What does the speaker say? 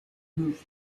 movement